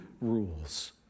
rules